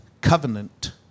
covenant